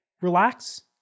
relax